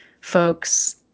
folks